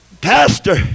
pastor